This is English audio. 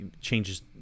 changes